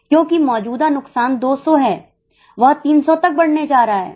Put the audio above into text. क्योंकि मौजूदा नुकसान 200 हैं वह 300 तक बढ़ने जा रहा हैं